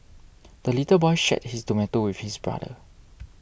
the little boy shared his tomato with his brother